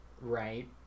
right